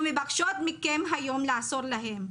אנחנו מבקשות מכם היום לעזור להם,